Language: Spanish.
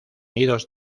nidos